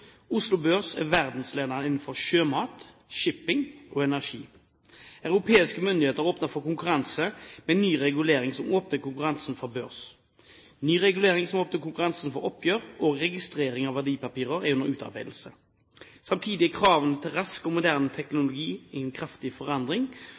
Oslo Børs er verdensledende innenfor sjømat, shipping og energi. Europeiske myndigheter har åpnet for konkurranse, med ny regulering som åpner konkurransen for børs. Ny regulering som åpner konkurransen for oppgjør og registrering av verdipapirer, er under utarbeidelse. Samtidig er kravene til rask og moderne